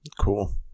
Cool